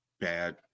bad